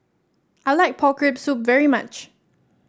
I like Pork Rib Soup very much